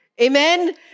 Amen